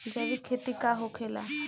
जैविक खेती का होखेला?